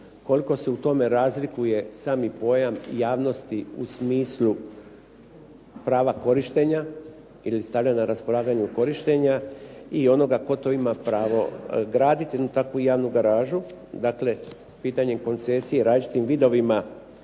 Koliko se u tome razlikuje sami pojam javnosti u smislu prava korištenja ili stavljanje na raspolaganje korištenja i onoga tko to ima pravo graditi jednu takvu javnu garažu, dakle pitanje koncesije u različitim vidovima